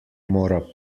mora